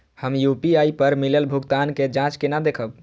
हम यू.पी.आई पर मिलल भुगतान के जाँच केना देखब?